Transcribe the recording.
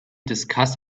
discuss